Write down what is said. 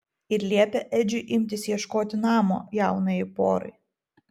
ir liepė edžiui imtis ieškoti namo jaunajai porai